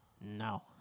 No